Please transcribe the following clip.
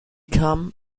come